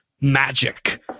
magic